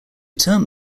term